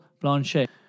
Blanchet